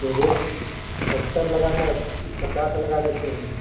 तो रेट सत्तर लगा दे पचास लगा देते हैं